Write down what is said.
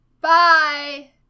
Bye